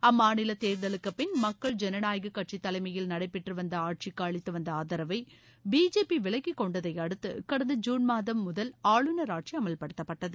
அம்மாநில தேர்தலுக்குப்பின் மக்கள் ஜனநாயகக் கட்சி தலைமையில் நடைபெற்று வந்த ஆட்சிக்கு அளித்து வந்த ஆதரவை பிஜேபி விலக்கிக் கொண்டதை அடுத்து கடந்த ஜூன் மாதம் முதல் ஆளுநர் ஆட்சி அமல்படுத்தப்பட்டது